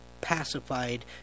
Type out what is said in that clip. pacified